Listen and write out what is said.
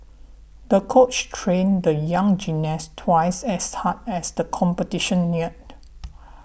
the coach trained the young gymnast twice as hard as the competition neared